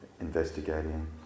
investigating